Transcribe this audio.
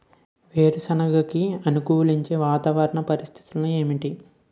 వేరుసెనగ కి అనుకూలించే వాతావరణ పరిస్థితులు ఏమిటి?